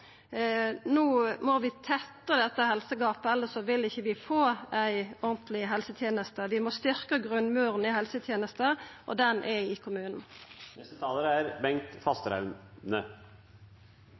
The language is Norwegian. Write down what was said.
No må vi tetta dette helsegapet, elles vil vi ikkje få ei ordentleg helseteneste. Vi må styrkja grunnmuren i helsetenesta, og han er i